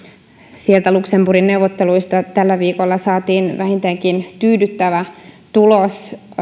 sieltä luxemburgin neuvotteluista tällä viikolla saatiin vähintäänkin tyydyttävä tulos